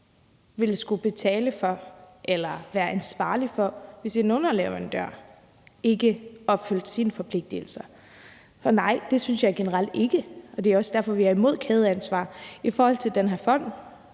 ville skulle betale for det eller være ansvarlige for det, hvis en underleverandør ikke opfylder sine forpligtelser, og nej, det synes jeg generelt ikke skal være tilfældet. Det er også derfor, vi er imod kædeansvar. I forhold til den her fond